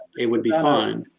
it would be fine.